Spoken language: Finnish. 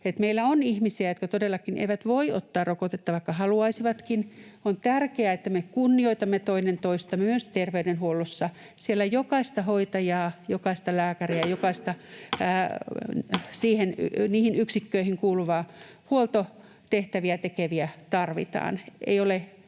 meillä on ihmisiä, jotka todellakaan eivät voi ottaa rokotetta, vaikka haluaisivatkin. On tärkeää, että me kunnioitamme toinen toistamme myös terveydenhuollossa, siellä jokaista hoitajaa, jokaista lääkäriä, jokaista niihin yksikköihin kuuluvaa. Huoltotehtäviä tekeviä tarvitaan.